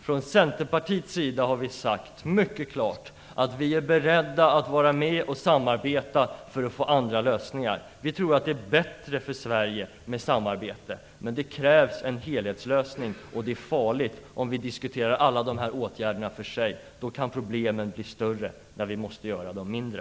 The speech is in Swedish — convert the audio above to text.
Från Centerpartiets sida har vi mycket klart sagt att vi är beredda att vara med och samarbeta för att få andra lösningar. Vi tror att det är bättre för Sverige med samarbete, men det krävs en helhetslösning. Det är farligt om vi diskuterar alla dessa åtgärder för sig; då kan problemen bli större när vi måste göra dem mindre.